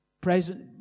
present